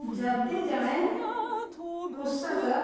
ଯଦି ଜଣେ କୃଷକ